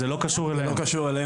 זה לא קשור אליהם.